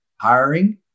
Hiring